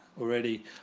already